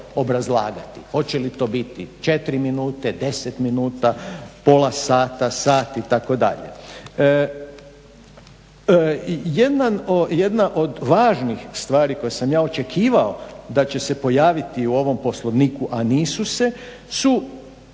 obrazlagati, hoće li to biti 4 minute, 10 minuta, pola sata sat itd. Jedna od važnih stvari koje sam ja očekivao da će se pojaviti u ovom Poslovniku a nisu su